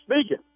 speaking